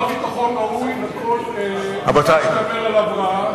שר הביטחון ראוי לכל מה שייאמר עליו רעה,